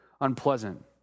unpleasant